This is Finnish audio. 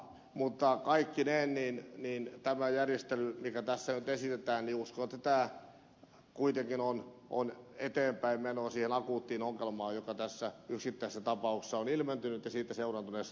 mutta uskon että kaikkineen tämä järjestely mikä tässä nyt esitetään on kuitenkin eteenpäinmenoa siihen akuuttiin ongelmaan joka tässä yksittäisessä tapauksessa on ilmennyt ja siitä seuranneessa tulkinnassa